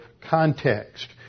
context